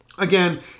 Again